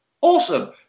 awesome